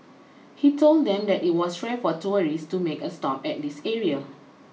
he told them that it was rare for tourists to make a stop at this area